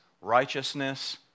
righteousness